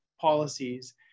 policies